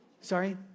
Sorry